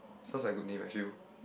sounds like good name I feel